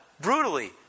brutally